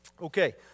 Okay